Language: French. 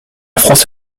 france